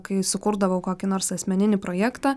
kai sukurdavau kokį nors asmeninį projektą